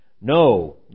no